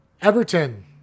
Everton